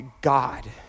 God